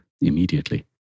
immediately